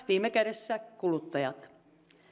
viime kädessä kuluttajat